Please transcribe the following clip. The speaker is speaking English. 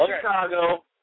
Chicago